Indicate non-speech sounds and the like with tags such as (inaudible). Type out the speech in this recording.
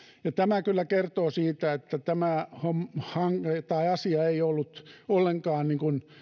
ja tämä kyllä kertoo siitä että tämä (unintelligible) asia ei ollut ollenkaan